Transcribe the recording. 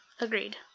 Agreed